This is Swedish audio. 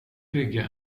bygga